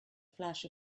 flash